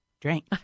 drink